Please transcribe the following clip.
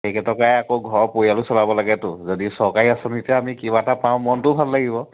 এইকেইটকাই আকৌ ঘৰ পৰিয়ালো চলাব লাগেেতো যদি চৰকাৰী আঁচনিতে আমি কিবা এটা পাওঁ মনটোও ভাল লাগিব